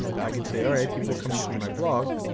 i can say, alright, people coming through my blog,